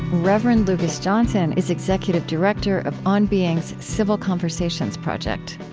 reverend lucas johnson is executive director of on being's civil conversations project.